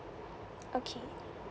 okay